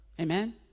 amen